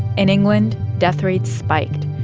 in england, death rates spiked.